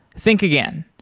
think again.